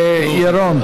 ירון.